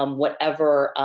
um whatever